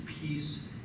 peace